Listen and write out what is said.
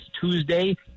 Tuesday